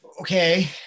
okay